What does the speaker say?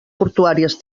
portuàries